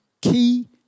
key